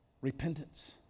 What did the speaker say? Repentance